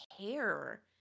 care